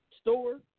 store